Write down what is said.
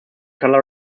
colour